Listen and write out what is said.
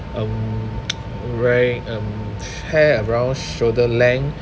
um wearing um hair around shoulder length